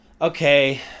okay